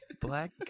Black